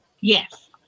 Yes